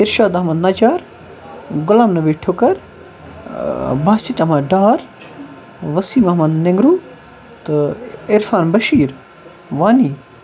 اِرشاد احمد نجار غلام نبی ٹھُکَر باسِت احمد ڈار وسیٖم احمد نیگروٗ تہٕ عرفان بشیٖر وانی